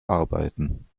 arbeiten